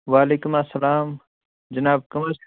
وعلیکُم اسلام جناب کٔم حظ چھُو